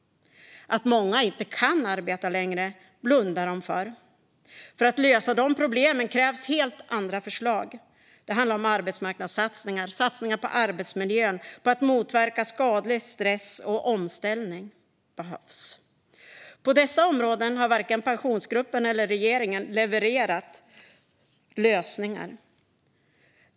Att många inte kan arbeta längre blundar de för. För att lösa dessa problem krävs helt andra förslag. Det handlar om arbetsmarknadssatsningar och om satsningar på arbetsmiljön och på att motverka skadlig stress. Och omställning behövs. På dessa områden har varken Pensionsgruppen eller regeringen levererat lösningar.